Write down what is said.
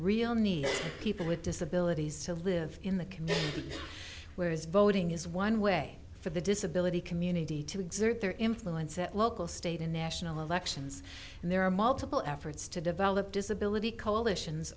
real need people with disabilities to live in the community where is voting is one way for the disability community to exert their influence at local state and national elections and there are multiple efforts to develop disability coalitions